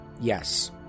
Yes